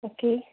okay